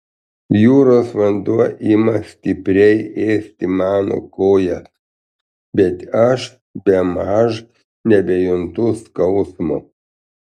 jūros vanduo ima stipriai ėsti mano kojas bet aš bemaž nebejuntu skausmo